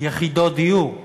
יחידות דיור.